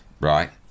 right